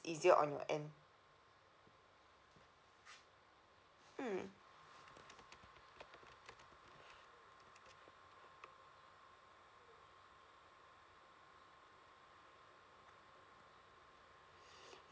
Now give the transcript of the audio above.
easier on your end mm